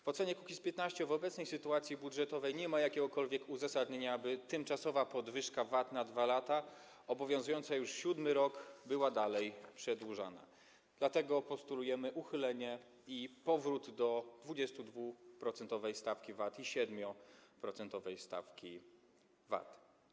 W ocenie Kukiz’15 w obecnej sytuacji budżetowej nie ma jakiegokolwiek uzasadnienia, aby tymczasowa podwyżka VAT na 2 lata, obowiązująca już siódmy rok była dalej przedłużana, dlatego postulujemy jej uchylenie i powrót do 22-procentowej i 7-procentowej stawki VAT.